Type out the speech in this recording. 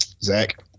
Zach